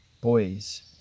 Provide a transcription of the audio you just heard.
Boys